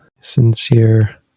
sincere